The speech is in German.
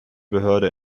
behörde